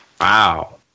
Wow